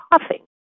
coughing